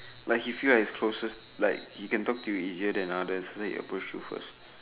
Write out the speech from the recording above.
like he feel like he closest like he can talk to you easier than others then he approach you first